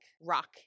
rock